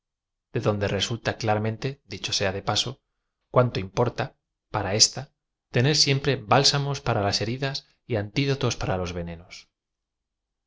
de donde resulta cía ramente dicho sea de paso cuánto im porta para ésta tener siempre bálsamos para las heridas y anti do tos para los venenos